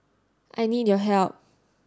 I need your help